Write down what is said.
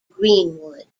greenwood